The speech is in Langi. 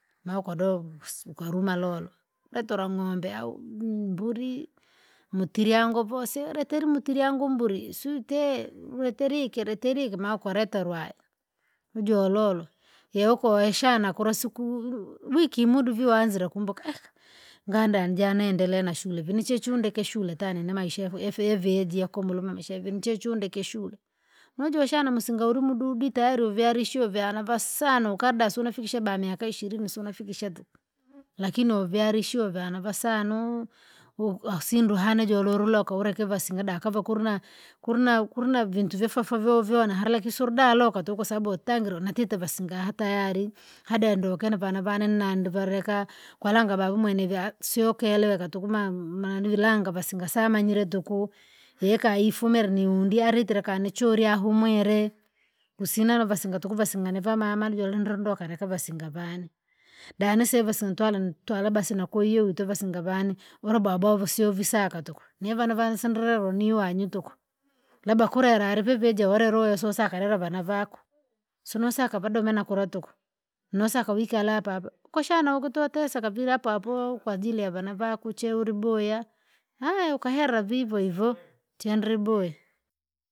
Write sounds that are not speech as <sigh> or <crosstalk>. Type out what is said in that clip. Ma ukadoma kus- ukalumalolo, lotora ng'ombe au mburi, mutirye angovose letera mutirya yangu mburi sute! Wuliterike riterike maa ukareterwa lwae, ujololo, yeuko yashana kula siku! Lwiki imudu viwanzire kumbuka <hesitation> ngaanda nijanendelee nashule vinichechundeke shule ata nini maisha yafu yafevejia kumulume amaisha yavi nchechundeke shule. Nojushana musinga ulimududi tayari uvyalishwe vyana vasano ukada sunifikisha ba miaka ishirini siunafikisha tuku, lakini uvyaleshiwe vyana vasanoo! Wu- wasindwa hana jolulula ukaruleka ivasinga dakava kulna, kulna kulna vintu vyafafa vyo- vyona hara kusulda loka tuku kwasabu utangire natite vasinga ha tayari, hade andukena an vana vane na ndri valeka kwalanga vaumwene ni vya siokeleweka tuku ma- maana ilinga vasinga samanyire tuku, yeka ifumire niundi alitire kani churya ahumwire. Kusina navasinga tuku vasinga niva mama jule indrondoka lika vasinga vane, danise vasi ntwale ntwara basi nakwahiyo utwa vasinga vane ula bwabwa uvisio visaka tuku, nivana vansandre uniwanyi tuku, labda kulela alivivija ulelue sosaka lila vana vako. Sinosaka vadome na kura tuku, nosaka wikale hapahapa, koshana ukuti wateseka vila apoapo kwajili ya wana vako uche uliboya, <hesitation> ukahela vivohivo chendera uboye.